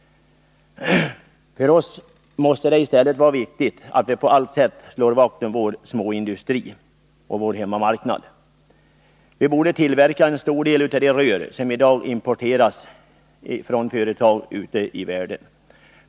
För oss måste det i stället vara viktigt att på allt sätt slå vakt om vår småindustri och vår hemmamarknad. Vi borde tillverka en stor del av de rör som i dag importeras från företag ute i världen.